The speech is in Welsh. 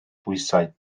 bwysau